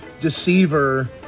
deceiver